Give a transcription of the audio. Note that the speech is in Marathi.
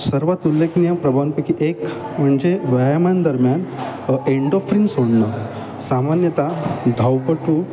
सर्वात उल्लेखनीय प्रभावपैकी एक म्हणजे व्यायामान दरम्यान एंडो फ्रीन सोडणं सामान्यता धावपटू